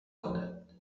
کند